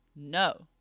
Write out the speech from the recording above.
no